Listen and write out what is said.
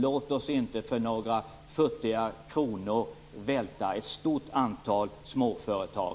Låt oss inte för några futtiga kronor, för principens skull, välta ett stort antal småföretag.